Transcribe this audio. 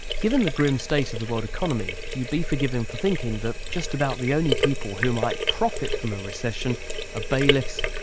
given the grim state of the world economy, you'd be forgiven for thinking that just about the only people who might profit from a recession are ah bailiffs,